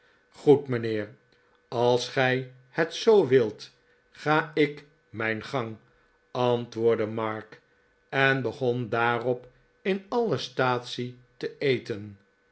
goed mijnheer als gij het zoo wilt ga ik mijn gang antwoordde mark en begon daarop in alle staatsie te eten